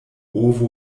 ovo